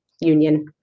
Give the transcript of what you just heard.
union